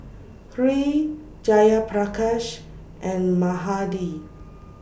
Hri Jayaprakash and Mahade